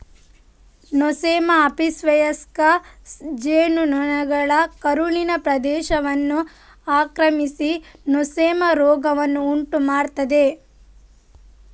Nosema ಆಪಿಸ್ವಯಸ್ಕ ಜೇನು ನೊಣಗಳ ಕರುಳಿನ ಪ್ರದೇಶವನ್ನು ಆಕ್ರಮಿಸಿ ನೊಸೆಮಾ ರೋಗವನ್ನು ಉಂಟು ಮಾಡ್ತದೆ